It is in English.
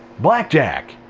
blackjack!